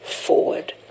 forward